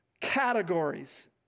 categories